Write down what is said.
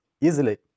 easily